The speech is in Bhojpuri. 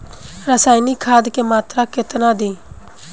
रसायनिक खाद के मात्रा केतना दी?